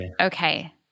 Okay